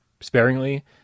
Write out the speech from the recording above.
sparingly